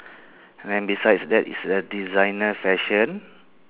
and then besides that is a designer fashion